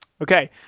Okay